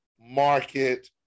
market